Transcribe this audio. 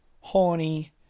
horny